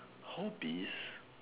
hobbies